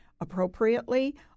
appropriately